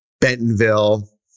Bentonville